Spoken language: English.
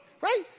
right